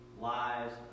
lives